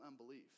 unbelief